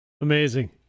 Amazing